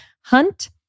Hunt